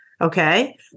Okay